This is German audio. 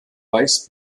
weiß